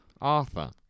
Arthur